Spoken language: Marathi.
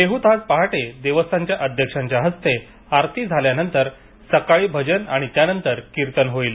देहूत आज पहाटे देवस्थानच्या अध्यक्षांच्या हस्ते आरती झाल्यानंतर सकाळी भजन आणि त्यांनंतर कीर्तन होईल